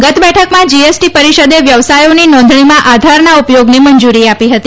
ગત બેઠકમાં જીએસટી પરિષદે વ્યવસાયોની નોંધણીમાં આધારના ઉપયોગને મંજુરી આપી હતી